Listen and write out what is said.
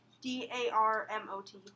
D-A-R-M-O-T